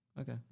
Okay